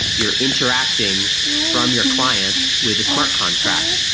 you're interacting from your client with the smart contract.